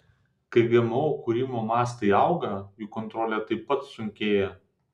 kai gmo kūrimo mastai auga jų kontrolė taip pat sunkėja